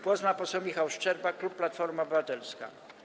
Głos ma poseł Michał Szczerba, klub Platforma Obywatelska.